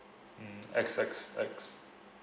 mm X X X